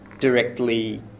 directly